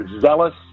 zealous